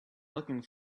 looking